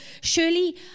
surely